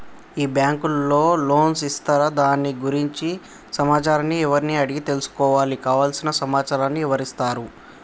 ఈ బ్యాంకులో ఏ లోన్స్ ఇస్తారు దాని గురించి సమాచారాన్ని ఎవరిని అడిగి తెలుసుకోవాలి? కావలసిన సమాచారాన్ని ఎవరిస్తారు?